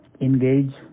engage